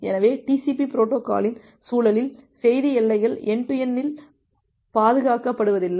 எனவே TCP பொரோட்டோகாலின் சூழலில் செய்தி எல்லைகள் என்டு டு என்டு இல் பாதுகாக்கப்படுவதில்லை